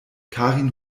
karin